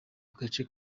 gace